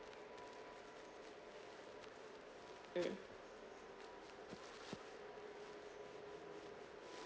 mm